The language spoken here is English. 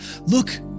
Look